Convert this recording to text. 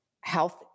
health